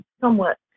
somewhat